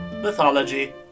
mythology